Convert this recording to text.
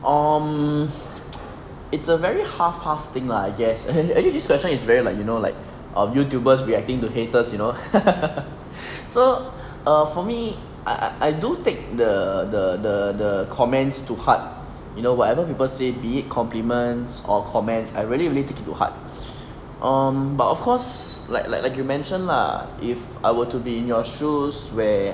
um it's a very half pass thing lah I guess actually this question is very like you know like um youtubers reacting to haters you know so err for me I I I do take the the the the comments to heart you know whatever people say be it compliments or comments I really really take it to heart um but of course like like like you mentioned lah if I were to be in your shoes where